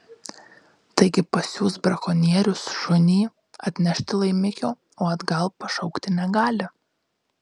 taigi pasiųs brakonierius šunį atnešti laimikio o atgal pašaukti negali